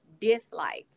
dislikes